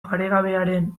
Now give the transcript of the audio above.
paregabearen